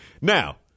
Now